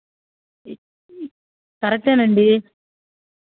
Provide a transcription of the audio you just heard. కరెక్టే నండి